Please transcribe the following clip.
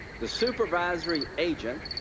the supervisory agent,